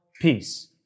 peace